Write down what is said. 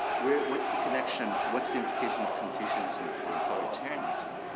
where what's the connection? what's the implication of confucianism for authoritarianism?